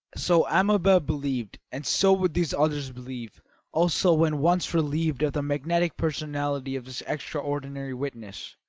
so amabel believed and so would these others believe also when once relieved of the magnetic personality of this extraordinary witness.